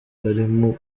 karimo